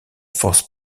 force